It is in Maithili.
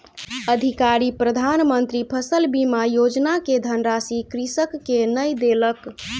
अधिकारी प्रधान मंत्री फसल बीमा योजना के धनराशि कृषक के नै देलक